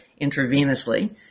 intravenously